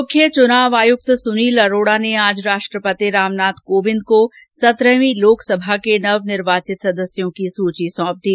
मुख्य चुनाव आयुक्त सुनील अरोड़ा ने आज राष्ट्रपति रामनाथ कोविंद को सत्रहवीं लोकसभा के नवनिर्वाचित सदस्यों की सूची सौंप दी